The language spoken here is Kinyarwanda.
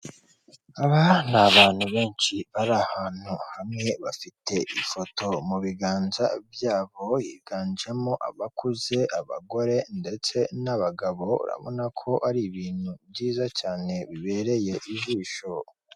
Aba ni abantu benshi bari ahantu hamwe bafite ifoto mu biganza byabo higanjemo abakuze, abagore ndetse n'abagabo urabona ko ari ibintu byiza cyane bibereye ijisho.